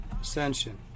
ascension